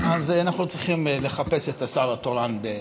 אז אנחנו צריכים לחפש את השר התורן.